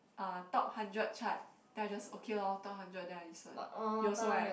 ah top hundred chart then I just okay lor top hundred then I listen you also right